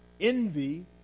envy